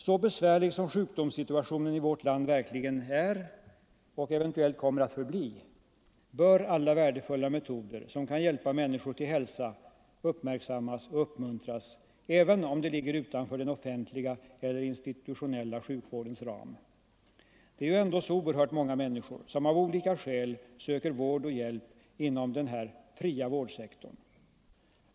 Så besvärlig som sjukvårdssituationen i vårt land verkligen är — och eventuellt kommer att förbli — bör alla värdefulla metoder som kan hjälpa människor till hälsa uppmärksammas och uppmuntras, även om de ligger utanför den offentliga eller institutionella sjukvårdens ram. Det är ju ändå så oerhört många människor som av olika skäl söker vård och hjälp inom den här ”fria vårdsektorn”.